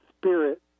spirit